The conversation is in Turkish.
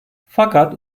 fakat